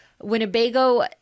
Winnebago